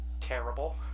terrible